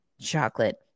chocolate